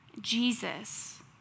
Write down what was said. Jesus